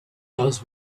does